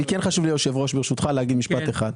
היושב ראש, ברשותך, חשוב לי להגיד משפט אחד.